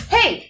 Hey